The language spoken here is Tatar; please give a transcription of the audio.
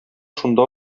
шунда